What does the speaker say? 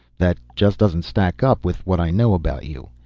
that just doesn't stack up with what i know about you.